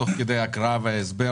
תעירו תוך כדי ההקראה וההסבר.